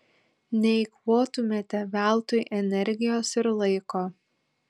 neeikvotumėte veltui energijos ir laiko